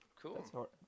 Cool